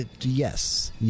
Yes